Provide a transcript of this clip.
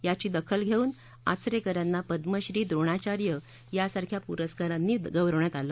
याची दाखल घेऊन आचरेकर यांना पदमश्री द्रोणाचार्य यांसारख्या पुरस्कारानं गौरवण्यात आलं